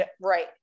right